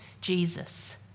Jesus